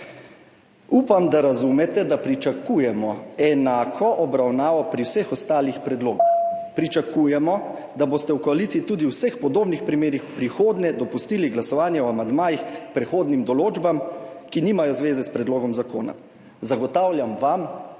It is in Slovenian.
Upam, da razumete, da pričakujemo enako obravnavo pri vseh ostalih predlogih, pričakujemo, da boste v koaliciji tudi v vseh podobnih primerih v prihodnje dopustili glasovanje o amandmajih k prehodnim določbam, ki nimajo zveze s predlogom zakona. Zagotavljam vam, da